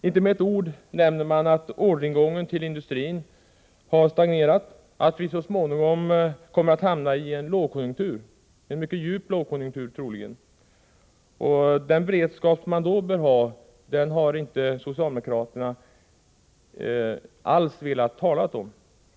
Inte med ett ord nämner den att orderingången till industrin har stagnerat och att vi så småningom kommer att hamna i en troligen mycket djup lågkonjunktur. Den beredskap man då bör ha har socialdemokraterna inte alls velat tala om.